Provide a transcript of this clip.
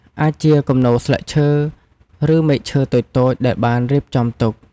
អាចជាគំនរស្លឹកឈើ ឬមែកឈើតូចៗដែលបានរៀបចំទុក។